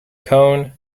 cone